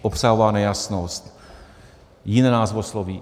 Obsahová nejasnost, jiné názvosloví.